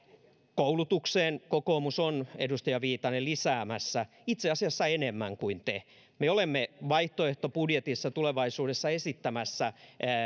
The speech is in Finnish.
koulutukseen kokoomus on edustaja viitanen lisäämässä itse asiassa enemmän kuin te me olemme vaihtoehtobudjetissa tulevaisuudessa esittämässä